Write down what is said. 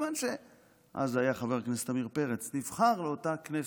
מכיוון שאז חבר הכנסת עמיר פרץ נבחר לאותה הכנסת.